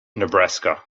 nebraska